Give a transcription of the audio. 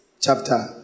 chapter